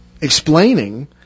explaining